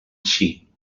així